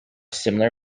similar